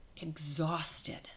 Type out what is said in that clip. exhausted